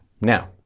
Now